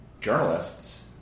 journalists –